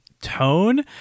tone